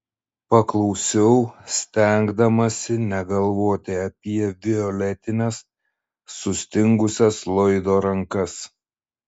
paklausiau stengdamasi negalvoti apie violetines sustingusias loydo rankas